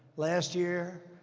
last year,